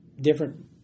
different